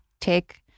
take